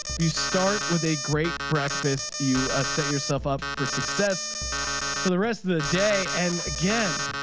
you start with a great breakfast. you set yourself up for success for the rest of the day. and again